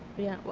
yeah, well,